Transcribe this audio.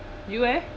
you eh